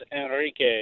Enrique